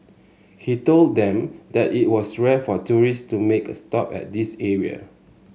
he told them that it was rare for tourist to make a stop at this area